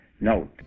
Note